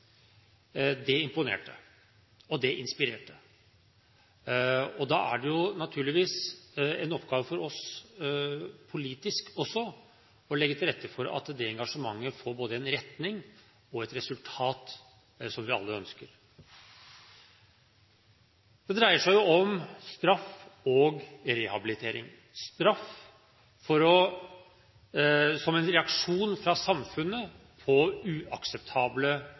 imponerte og inspirerte. Det er naturligvis en oppgave for oss også politisk å legge til rette for at det engasjementet får både en retning og et resultat som vi alle ønsker. Det dreier seg om straff og rehabilitering – straff som en reaksjon fra samfunnet på uakseptable